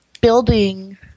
building